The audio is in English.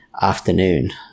afternoon